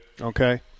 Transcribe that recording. Okay